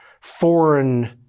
foreign